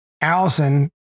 Allison